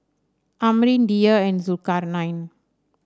Amrin Dhia and Zulkarnain